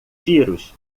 tiros